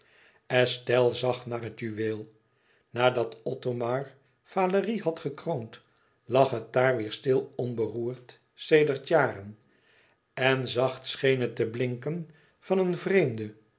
estelle zag naar het juweel nadat othomar valérie had gekroond lag het daar weêr stil onberoerd sedert jaren en zacht scheen het te blinken van een vreemden